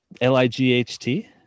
l-i-g-h-t